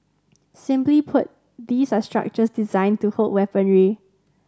simply put these are structures designed to hold weaponry